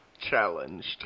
challenged